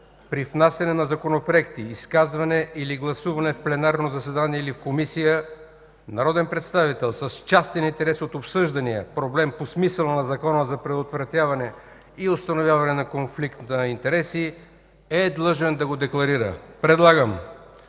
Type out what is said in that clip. „При внасяне на законопроекти, изказване или гласуване в пленарно заседание или в комисия народен представител с частен интерес от обсъждания проблем по смисъла на Закона за предотвратяване и установяване на конфликт на интереси е длъжен да го декларира”. Предлагам